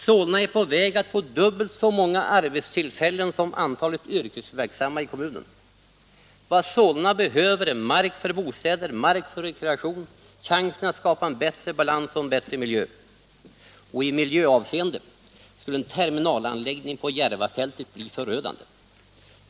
Solna är på väg att få dubbelt så många arbetstillfällen som antalet yrkesverksamma i kommunen. Vad Solna behöver är mark för bostäder, mark för rekreation, chansen att skapa en bättre balans och en bättre miljö. I miljöavseende skulle en terminalanläggning på Järvafältet bli förödande.